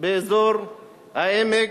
באזור העמק,